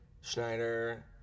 Schneider